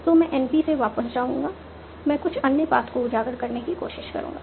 तो मैं NP से वापस जाऊंगा मैं कुछ अन्य पाथ को उजागर करने की कोशिश करूंगा